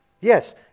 Yes